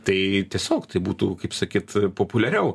tai tiesiog tai būtų kaip sakyt populiariau